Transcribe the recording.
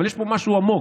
אבל יש פה משהו עמוק,